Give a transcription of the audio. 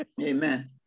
Amen